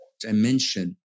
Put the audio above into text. dimension